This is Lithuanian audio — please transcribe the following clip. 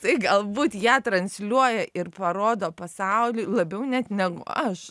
tai galbūt ją transliuoja ir parodo pasauliui labiau net negu aš